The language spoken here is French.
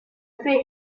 fait